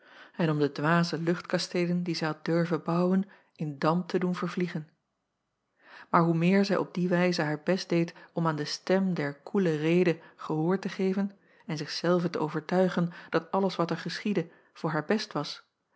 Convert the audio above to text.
en om de dwaze luchtkasteelen die zij had durven bouwen in damp te doen vervliegen aar hoe meer zij op die wijze haar best deed om aan de stem der koele rede gehoor te geven en zich zelve te overtuigen dat alles wat er geschiedde voor haar best was